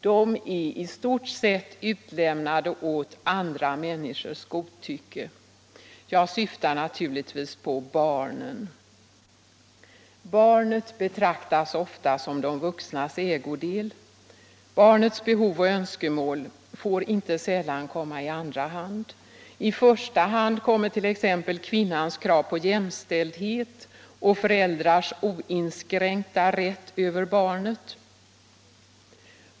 De är i stort sett utlämnade åt andra människors godtycke. Jag syftar naturligtvis på barnen. Barnet betraktas ofta som de vuxnas ägodel. Barnets behov och önskemål får inte sällan komma i andra hand. I första hand kommer t.ex. kvinnans krav på jämställdhet och föräldtars oinskränkta rätt över barnet.